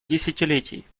десятилетий